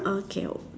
okay